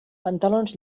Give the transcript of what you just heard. pantalons